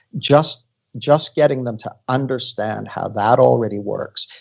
just just getting them to understand how that already works,